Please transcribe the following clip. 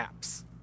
apps